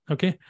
Okay